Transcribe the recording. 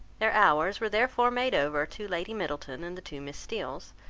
their hours were therefore made over to lady middleton and the two miss steeles,